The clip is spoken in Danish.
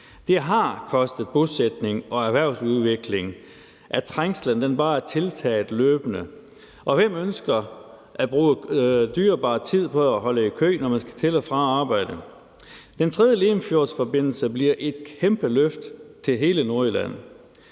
Det har kostet bosætning og erhvervsudvikling, at trængslen bare er tiltaget løbende, og hvem ønsker at bruge dyrebar tid på at holde i kø, når man skal til og fra arbejde? Den 3. Limfjordsforbindelse bliver et kæmpe løft til hele Nordjylland.